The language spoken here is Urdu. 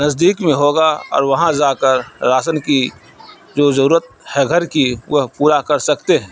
نزدیک میں ہوگا اور وہاں جا کر راشن کی جو ضرورت ہے گھر کی وہ پورا کر سکتے ہیں